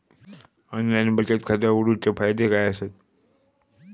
Online बचत खाता उघडूचे फायदे काय आसत?